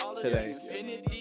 today